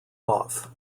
off